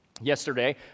Yesterday